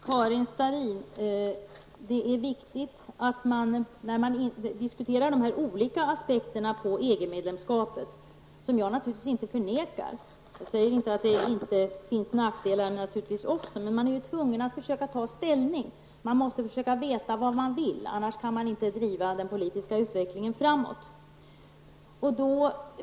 Fru talman! Jag förnekar inte de olika aspekterna på EG-medlemskapet och jag säger inte att det inte finns nackdelar. Men, Karin Starrin, när man diskuterar dessa frågor är man tvungen att försöka ta ställning. Man måste försöka veta vad man vill, annars kan man inte driva den politiska utvecklingen framåt.